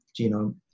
genome